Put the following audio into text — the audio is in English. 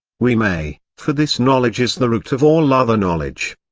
we may, for this knowledge is the root of all other knowledge.